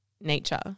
nature